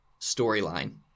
storyline